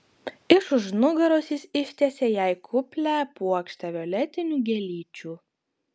iš už nugaros jis ištiesė jai kuplią puokštę violetinių gėlyčių